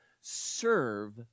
serve